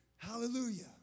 Hallelujah